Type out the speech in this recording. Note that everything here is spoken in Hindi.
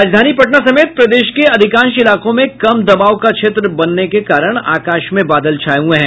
राजधानी पटना समेत प्रदेश के अधिकांश इलाकों में कम दबाव का क्षेत्र बनने के कारण आकाश में बादल छाये हुए हैं